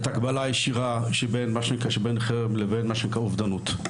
את ההקבלה הישירה בין חרם לבין מה שנקרא אובדנות.